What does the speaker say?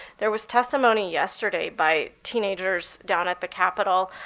there was testimony yesterday by teenagers down at the capitol,